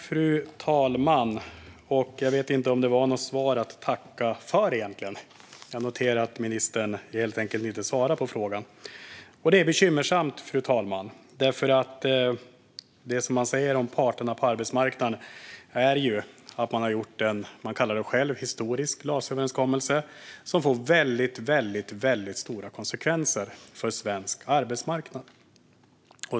Fru talman! Jag vet inte om det var något svar att tacka för. Jag noterar att ministern helt enkelt inte svarar på frågan, och det är bekymmersamt. Parterna säger själva att de har gjort en historisk LAS-överenskommelse som får väldigt stora konsekvenser för svensk arbetsmarknad.